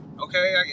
okay